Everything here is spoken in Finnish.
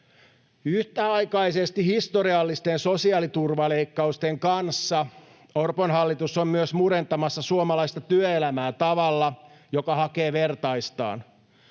Yhtäaikaisesti historiallisten sosiaaliturvaleikkausten kanssa Orpon hallitus on myös murentamassa suomalaista työelämää tavalla, joka hakee vertaistaan.